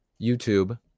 YouTube